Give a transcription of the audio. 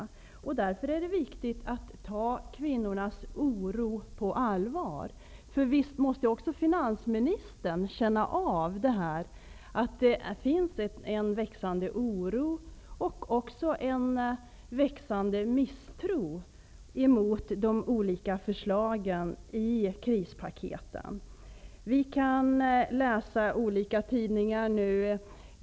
Det är därför viktigt att ta kvinnornas oro på allvar. Visst måste väl också finansministern känna av att det finns en växande oro och också en växande misstro mot de olika förslagen i krispaketen. Vi kan läsa om detta i olika tidningar.